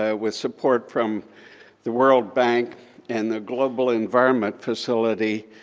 ah with support from the world bank and the global environment facility,